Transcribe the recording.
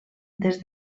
des